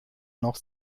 noch